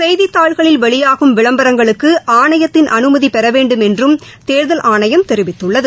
செய்தித்தாள்களில் வெளியாகும் விளம்பரங்களுக்குஆணையத்தின் அனுமதிபெறவேண்டும் என்றும் தேர்தல் ஆணையம் தெரிவித்துள்ளது